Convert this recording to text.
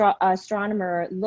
astronomer